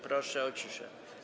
Proszę o ciszę.